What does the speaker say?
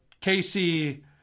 Casey